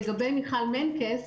לגבי מיכל מנקס,